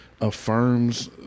affirms